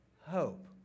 hope